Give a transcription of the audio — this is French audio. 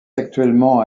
actuellement